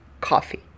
coffee